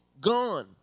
gone